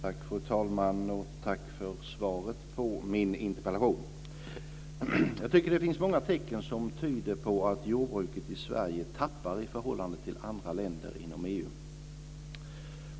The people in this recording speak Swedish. Fru talman! Tack för svaret på min interpellation. Jag tycker att det finns många tecken som tyder på att jordbruket i Sverige tappar i förhållande till andra länder inom EU.